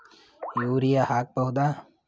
Urea ಹಾಕ್ ಬಹುದ?